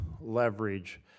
leverage